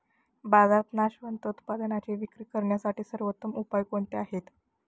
बाजारात नाशवंत उत्पादनांची विक्री करण्यासाठी सर्वोत्तम उपाय कोणते आहेत?